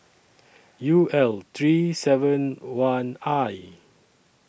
U L three seven one I